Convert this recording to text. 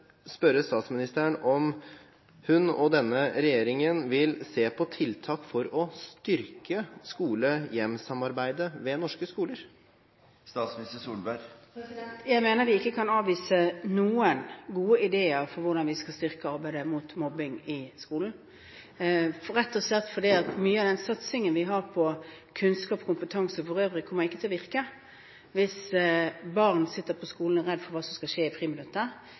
spørre statsministeren om hun og denne regjeringen vil se på tiltak for å styrke skole–hjem-samarbeidet ved norske skoler. Jeg mener vi ikke kan avvise noen gode ideer for hvordan vi skal styrke arbeidet mot mobbing i skolen, rett og slett fordi mye av den satsingen vi har på kunnskap og kompetanse for øvrig, ikke kommer til å virke hvis barn sitter på skolen og er redde for hva som skal skje i